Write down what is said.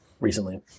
recently